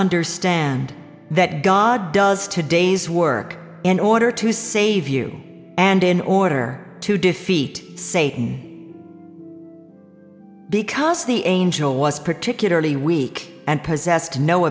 understand that god does today's work in order to save you and in order to defeat satan because the angel was particularly weak and possessed no